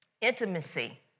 intimacy